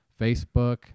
Facebook